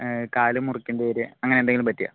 കാല് മുറിക്കണ്ടി വരിക അങ്ങനെന്തേലും പറ്റിയാൽ